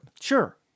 Sure